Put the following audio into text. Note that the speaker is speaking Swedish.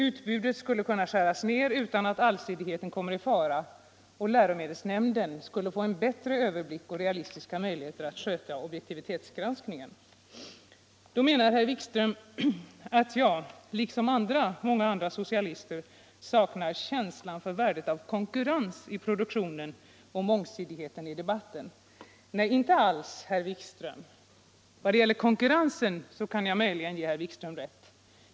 Utbudet skulle kunna skäras ner utan att allsidigheten kommer i fara, och läromedelsnämnden skulle få en bättre överblick och realistiska möjligheter att sköta objektivitetsgranskningen. Herr Wikström anser att jag liksom många andra socialister saknar känslan för värdet av konkurrens i produktionen och mångsidigheten i debatten. Nej inte alls, herr Wikström. Vad gäller konkurrensen kan Jag möjligen ge herr Wikström rätt.